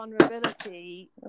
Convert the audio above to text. vulnerability